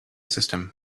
system